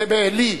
בעלי,